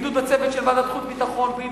בעידוד הצוות של ועדת החוץ והביטחון,